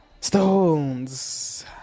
Stones